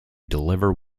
deliver